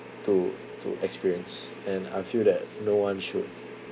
to to experience and I feel that no one should